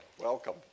welcome